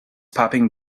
popping